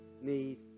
need